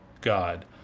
God